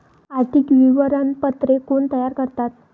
आर्थिक विवरणपत्रे कोण तयार करतात?